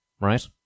right